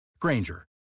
Granger